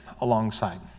alongside